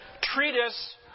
treatise